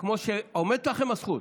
עומדת לכם הזכות,